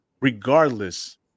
regardless